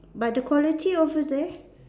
but the quality over there